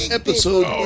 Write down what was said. episode